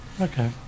Okay